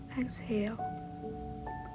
Exhale